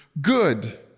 good